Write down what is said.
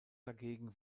dagegen